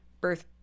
birth